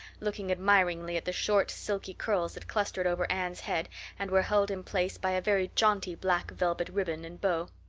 looking admiringly at the short, silky curls that clustered over anne's head and were held in place by a very jaunty black velvet ribbon and bow.